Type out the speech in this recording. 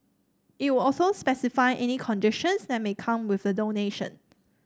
it would also specify any conditions that may come with the donation